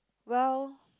well